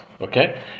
Okay